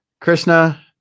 Krishna